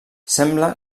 sembla